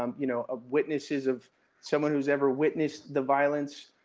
um you know, ah witnesses of someone who's ever witnessed the violence,